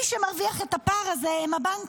מי שמרוויח את הפער הזה הוא הבנקים.